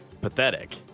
pathetic